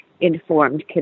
informed